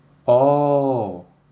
orh